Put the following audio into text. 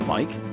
Mike